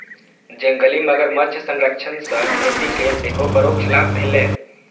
जंगली मगरमच्छ संरक्षण सं खेती कें सेहो परोक्ष लाभ भेलैए